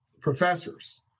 Professors